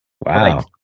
Wow